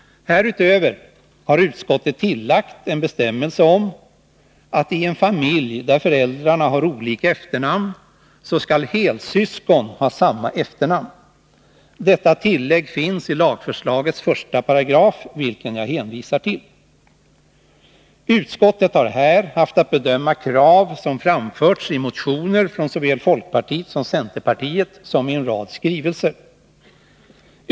Härutöver har utskottet tillagt en bestämmelse om att i en familj där föräldrarna har olika efternamn, skall helsyskon ha samma efternamn. Detta tillägg finns i lagförslagets 1§, vilken jag hänvisar till. Utskottet har här haft att bedöma krav som framförts såväl i motioner från folkpartiet och centerpartiet som i en rad skrivelser.